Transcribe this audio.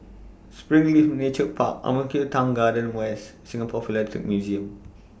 Springleaf Nature Park Ang Mo Kio Town Garden West Singapore Philatelic Museum